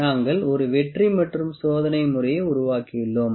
நாங்கள் ஒரு வெற்றி மற்றும் சோதனை முறையை உருவாக்கியுள்ளோம்